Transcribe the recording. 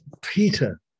peter